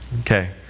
Okay